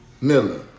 Miller